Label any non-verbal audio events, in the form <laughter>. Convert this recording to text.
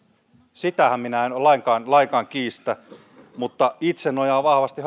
sitähän minä en lainkaan lainkaan kiistä mutta itse nojaan vahvasti <unintelligible>